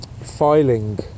filing